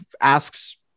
asks